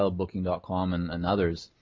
ah booking dot com and and others.